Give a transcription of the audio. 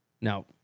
Now